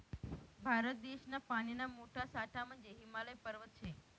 भारत देशना पानीना मोठा साठा म्हंजे हिमालय पर्वत शे